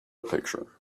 picture